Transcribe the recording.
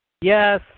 Yes